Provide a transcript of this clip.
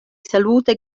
salute